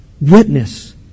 witness